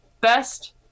best